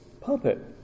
puppet